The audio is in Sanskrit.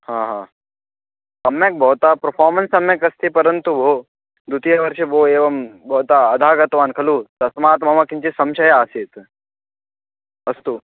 हा हा सम्यक् भवतः पफ़ामेन्स् सम्यक् अस्ति परन्तु भो द्वितीयवर्षे भो एवं भवान् अधः आगतवान् खलु तस्मात् मम किञ्चित् संशयः आसीत् अस्तु